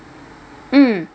mm